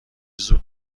زود